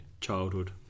childhood